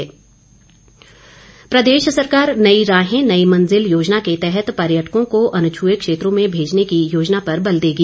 सरवीण चौघरी प्रदेश सरकार नई राहें नई मंजिल योजना के तहत पर्यटकों को अनछुए क्षेत्रों में भेजने की योजना पर बल देगी